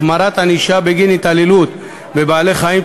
החמרת ענישה בגין התעללות בבעלי-חיים),